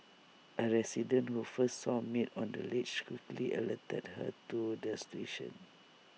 A resident who first saw maid on the ledge quickly alerted her to the situation